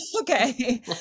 Okay